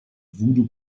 voodoo